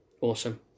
Awesome